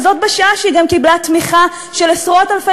וזאת בשעה שהיא גם קיבלה תמיכה של עשרות-אלפי